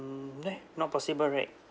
mm eh not possible right